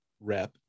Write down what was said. rep